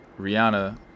Rihanna